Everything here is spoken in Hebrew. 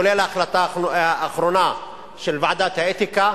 כולל ההחלטה האחרונה של ועדת האתיקה,